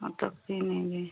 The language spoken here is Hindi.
हाँ तो फिन ये भी